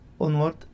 onward